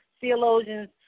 theologians